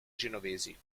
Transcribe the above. genovesi